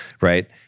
right